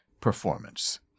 performance